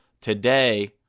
Today